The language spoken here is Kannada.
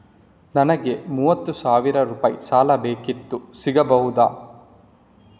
ನನಗೆ ಮೂವತ್ತು ಸಾವಿರ ರೂಪಾಯಿ ಸಾಲ ಬೇಕಿತ್ತು ಸಿಗಬಹುದಾ?